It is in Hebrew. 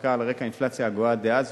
חוקקה על רקע האינפלציה הגואה דאז,